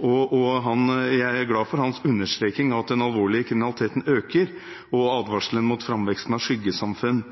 Jeg er glad for hans understreking av at den alvorlige kriminaliteten øker, og advarselen